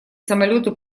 самолеты